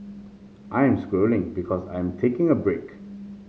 I am scrolling because I am taking a break